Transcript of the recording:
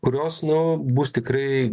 kurios nu bus tikrai